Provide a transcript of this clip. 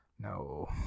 No